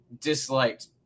disliked